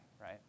right